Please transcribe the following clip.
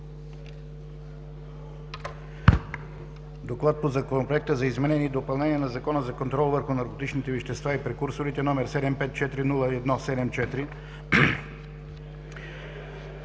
гласуване Законопроект за изменение и допълнение на Закона за контрол върху наркотичните вещества и прекурсорите, № 754-01-74,